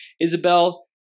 Isabel